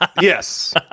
Yes